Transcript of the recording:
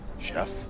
Chef